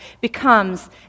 becomes